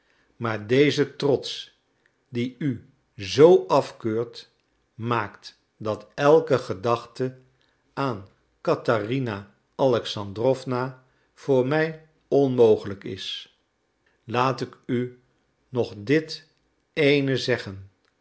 maar deze trots dien u zoo afkeurt maakt dat elke gedachte aan catharina alexandrowna voor mij onmogelijk is laat ik u nog dit ééne zeggen